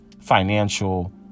financial